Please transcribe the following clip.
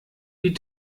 die